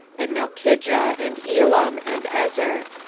and malchijah, and elam, and ezer.